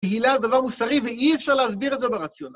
תהילה זה דבר מוסרי ואי אפשר להסביר את זה ברציונל.